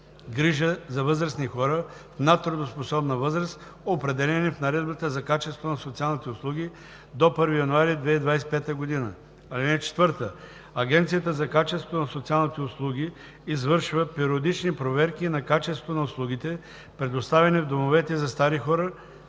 грижа за възрастни хора в надтрудоспособна възраст, определени в Наредбата за качеството на социалните услуги, до 1 януари 2025 г. (4) Агенцията за качеството на социалните услуги извършва периодични проверки на качеството на услугите, предоставяни в домовете за стари хора.